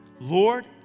Lord